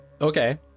Okay